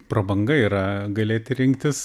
prabanga yra galėti rinktis